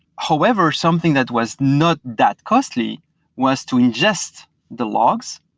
however, something that was not that costly was to ingest the logs,